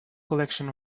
collection